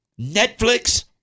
Netflix